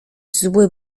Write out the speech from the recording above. zły